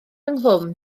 ynghlwm